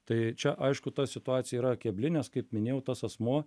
tai čia aišku ta situacija yra kebli nes kaip minėjau tas asmuo